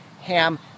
Ham